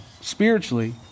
spiritually